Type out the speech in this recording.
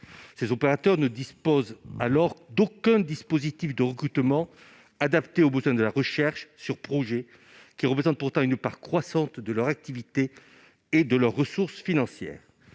Les opérateurs se retrouvent alors sans aucun dispositif de recrutement adapté aux besoins de la recherche sur projet, qui représente pourtant une part croissante de leur activité et de leurs ressources financières.